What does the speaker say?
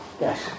Yes